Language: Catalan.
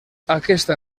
aquesta